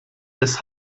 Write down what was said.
des